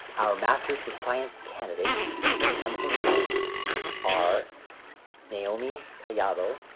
our masters of science candidates in chemical cheering are naomi collado,